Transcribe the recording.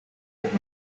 hunde